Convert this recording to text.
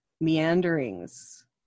meanderings